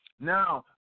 Now